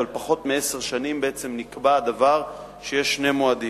אבל פחות מעשר שנים בעצם נקבע הדבר שיש שני מועדים.